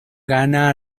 gana